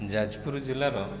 ଯାଜପୁର ଜିଲ୍ଲାର